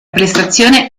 prestazione